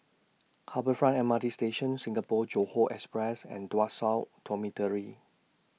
Harbour Front M R T Station Singapore Johore Express and Tuas South Dormitory